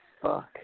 fuck